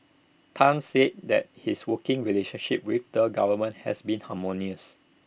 Tan said that his working relationship with the government has been harmonious